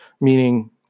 meaning